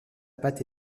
pâte